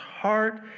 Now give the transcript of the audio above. heart